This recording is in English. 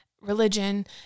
religion